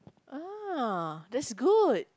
ah that's good